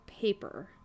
paper